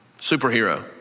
Superhero